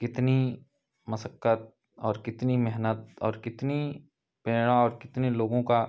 कितनी मशक़्क़त और कितनी मेहनत और कितनी प्रेरणा और कितने लोगों का